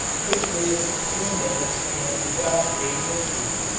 which lived three minutes and begot radium b,